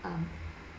um